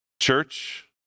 Church